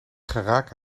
geraak